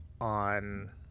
on